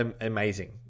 amazing